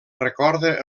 recorda